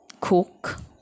cook